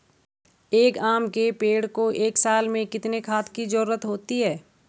एक आम के पेड़ को एक साल में कितने खाद की जरूरत होती है?